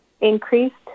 increased